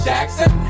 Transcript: Jackson